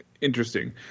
interesting